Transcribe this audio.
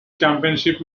championship